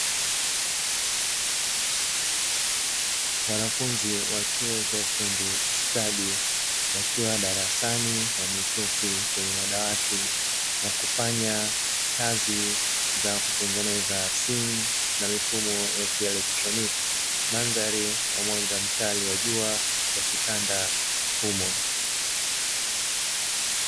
Wanafunzi wa chuo cha ufundi stadi, wakiwa darasani wameketi kwenye madawati na kufanya kazi za kutengeneza simu na mifumo ya kielektroniki, mandhari ya mwanga mkali wa jua ukitanda humo.